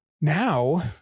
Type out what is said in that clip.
now